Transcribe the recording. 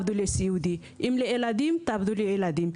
אם לילדים תעבדו עם ילדים,